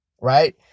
right